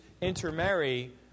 intermarry